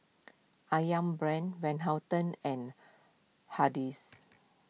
Ayam Brand Van Houten and Hardy's